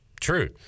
True